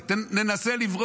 ננסה לברוח,